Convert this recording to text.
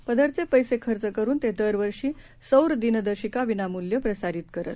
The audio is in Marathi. पदरचेपैसेखर्चकरूनतेदरवर्षीसौरदिनदर्शिकाविनामूल्यप्रसारितकरत